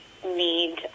Need